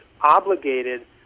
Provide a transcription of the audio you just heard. obligated